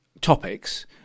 topics